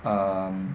um